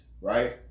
right